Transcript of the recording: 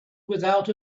without